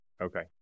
okay